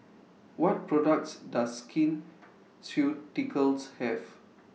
What products Does Skin Ceuticals Have